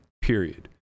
period